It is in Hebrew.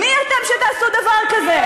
מי אתם שתעשו דבר כזה?